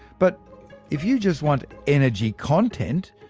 but if you just want energy content,